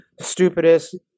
stupidest